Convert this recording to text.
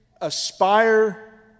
aspire